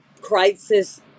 crisis